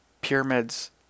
pyramids